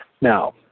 Now